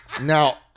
Now